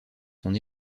son